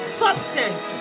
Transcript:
substance